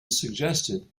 suggested